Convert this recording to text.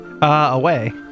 Away